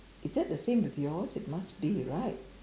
it that the same with yours it must be right